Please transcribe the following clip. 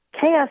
chaos